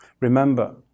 remember